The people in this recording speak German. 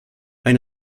ein